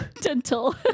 dental